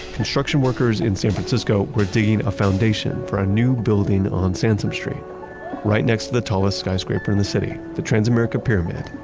construction workers in san francisco were digging a foundation for a new building on sansom street right next to the tallest skyscraper in the city, the transamerica pyramid,